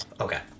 Okay